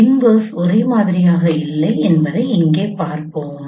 inverse ஒரே மாதிரியாக இல்லை என்பதை இங்கே பார்ப்போம்